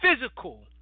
physical